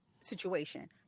situation